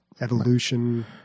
evolution